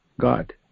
God